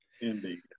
indeed